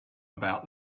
about